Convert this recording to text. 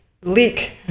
leak